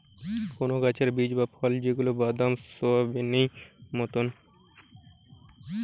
কোন গাছের বীজ বা ফল যেগুলা বাদাম, সোয়াবেনেই মতোন